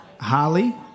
Holly